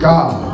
God